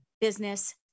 business